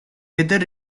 weather